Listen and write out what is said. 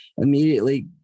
immediately